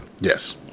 yes